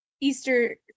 easter